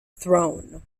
throne